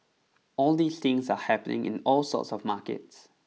all these things are happening in all sorts of markets